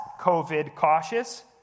COVID-cautious